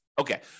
Okay